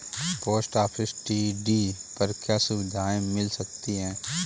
Post office TD पर क्या सुविधाएँ मिल सकती है?